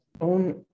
own